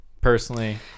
personally